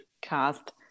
cast